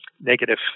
negative